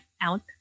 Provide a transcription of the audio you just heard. out